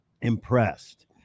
impressed